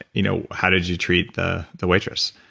you know how did you treat the the waitress?